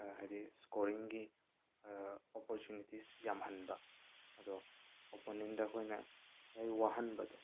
ꯍꯥꯏꯗꯤ ꯏꯁꯀꯣꯔꯤꯡꯒꯤ ꯑꯣꯄꯣꯔꯆꯨꯅꯤꯇꯤꯁ ꯌꯥꯝꯍꯟꯕ ꯑꯗꯣ ꯑꯣꯞꯄꯣꯅꯦꯟꯗ ꯑꯩꯈꯣꯏꯅ ꯂꯣꯏꯅ ꯋꯥꯍꯟꯕꯗꯣ